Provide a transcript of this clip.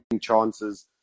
chances